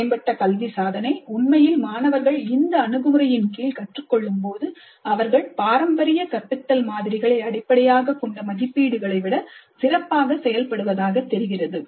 மேம்பட்ட கல்வி சாதனை உண்மையில் மாணவர்கள் இந்த அணுகுமுறையின் கீழ் கற்றுக் கொள்ளும்போது அவர்கள் பாரம்பரிய கற்பித்தல் மாதிரிகளை அடிப்படையாகக் கொண்ட மதிப்பீடுகளை விட சிறப்பாக செயல்படுவதாகத் தெரிகிறது